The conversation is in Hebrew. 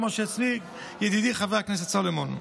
כמו שהציג ידידי חבר הכנסת סולומון: